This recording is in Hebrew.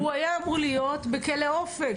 הוא היא אמור להיות בכלא אופק.